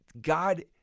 God